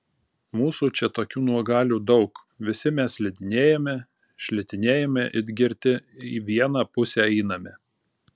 mūsų čia tokių nuogalių daug visi mes slidinėjame šlitinėjame it girti į vieną pusę einame